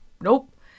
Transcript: Nope